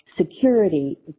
security